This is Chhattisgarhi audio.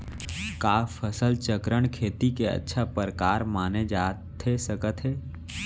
का फसल चक्रण, खेती के अच्छा प्रकार माने जाथे सकत हे?